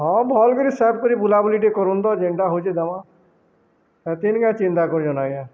ହଁ ଭଲ୍ କରି ସବ୍ କରି ବୁଲାବୁଲି ଟିକେ କରୁନ୍ ତ ଯେନ୍ଟା ହେଉଛି ଦମା ହେଥିଲାଗି ଚିନ୍ତା କରିବେନି ଆଜ୍ଞା